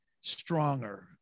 stronger